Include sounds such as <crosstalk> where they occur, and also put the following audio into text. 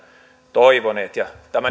toivoneet ja tämä <unintelligible>